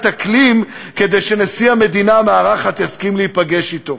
אקלים כדי שנשיא המדינה המארחת יסכים להיפגש אתו,